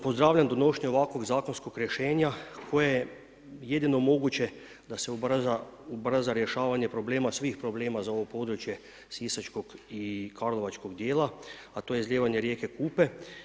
Pozdravljam donošenje ovakvog zakonskog rješenja koje je jedino moguće da se ubrza rješavanje problema, svih problema za ovo Sisačkog i Karlovačkog dijela a to je izlijevanje rijeke Kupe.